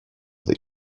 that